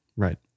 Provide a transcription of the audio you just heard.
Right